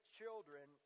children